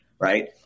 right